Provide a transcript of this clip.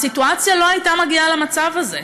הסיטואציה לא הייתה מגיעה למצב הזה.